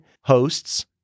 hosts